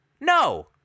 no